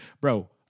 bro